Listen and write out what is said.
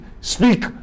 speak